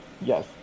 Yes